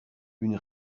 une